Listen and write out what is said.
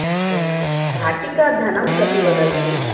अस्तु भाटिकाधनं कति वदन्ति